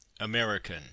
American